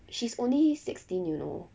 she's only sixteen you know